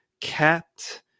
cat